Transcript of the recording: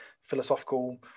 philosophical